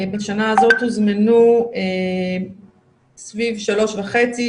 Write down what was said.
בשנה הזאת הוזמנו סביב 3.5,